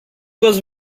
was